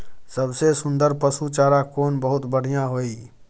सबसे सुन्दर पसु चारा कोन बहुत बढियां होय इ?